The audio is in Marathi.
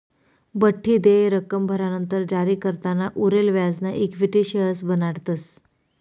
बठ्ठी देय रक्कम भरानंतर जारीकर्ताना उरेल व्याजना इक्विटी शेअर्स बनाडतस